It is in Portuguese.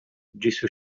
disse